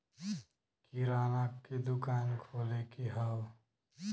किराना के दुकान खोले के हौ